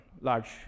large